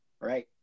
right